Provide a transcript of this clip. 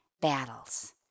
battles